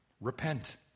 Repent